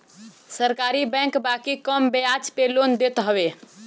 सरकारी बैंक बाकी कम बियाज पे लोन देत हवे